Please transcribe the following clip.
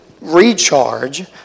recharge